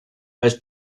als